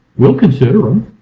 we'll consider them.